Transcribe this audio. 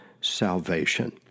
salvation